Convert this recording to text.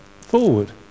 forward